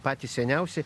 patys seniausi